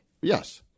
Yes